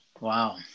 Wow